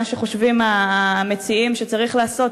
מה שחושבים המציעים שצריך לעשות,